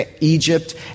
Egypt